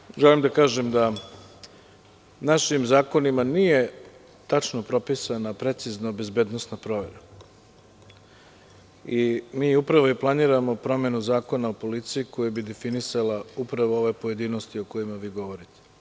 Naprotiv, želim da kažem da našim zakonima nije tačno propisana, precizno bezbednosna provera i mi upravo i planiramo promenu Zakona o policiji koji bi definisala upravo ove pojedinosti o kojima vi govorite.